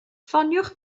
ffoniwch